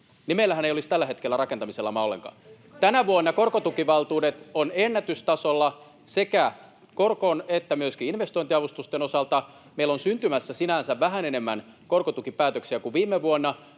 meillähän ei olisi tällä hetkellä rakentamislamaa ollenkaan. Tänä vuonna korkotukivaltuudet ovat ennätystasolla sekä korko- että myöskin investointiavustusten osalta. Meillä on syntymässä sinänsä vähän enemmän korkotukipäätöksiä kuin viime vuonna,